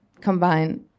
combine